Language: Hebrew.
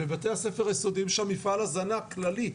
בבתי הספר היסודיים שם יש מפעל הזנה כללי.